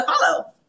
follow